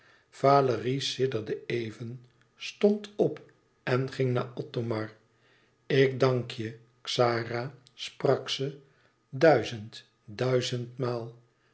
valérie sidderde even stond op en ging naar othomar ik dank je xara sprak ze duizend duizendmaal